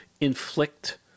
inflict